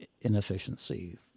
inefficiency